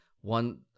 one